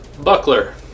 Buckler